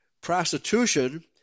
prostitution